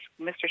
Mr